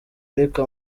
ariko